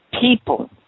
people